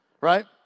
Right